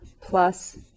plus